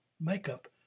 makeup